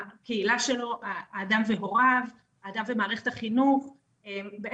הקהילה שלו, האדם והוריו, האדם ומערכת החינוך.